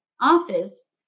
office